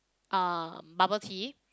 um bubble tea